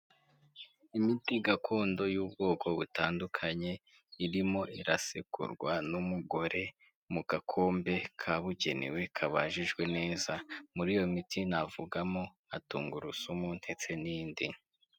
Imiti gakondo y'ubwoko butandukanye, irimo irasekurwa n'umugore, mu gakombe kabugenewe, kabajijwe neza. Muri iyo miti navugamo nka tungurusumu ndetse n'indi.